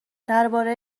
درباره